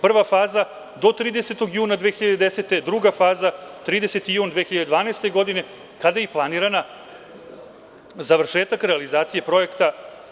Prva faza do 30. juna 2010. godine, druga faza 30. jun 2012. godine, kada je i planiran završetak realizacije projekta.